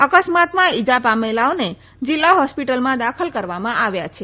અક્સમાતમાં ઇજા પામેલાઓને જીલ્લા હોસ્પીટલમાં દાખલ કરવામાં આવ્યા છે